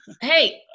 Hey